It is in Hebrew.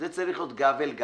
זה צריך להיות גב